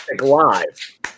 live